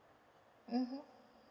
mmhmm